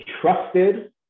trusted